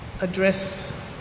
address